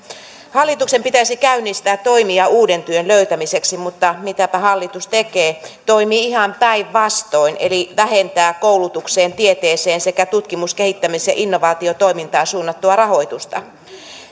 hallituksen pitäisi käynnistää toimia uuden työn löytämiseksi mutta mitäpä hallitus tekee toimii ihan päinvastoin eli vähentää koulutukseen tieteeseen sekä tutkimus kehittämis ja innovaatiotoimintaan suunnattua rahoitusta